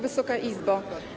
Wysoka Izbo!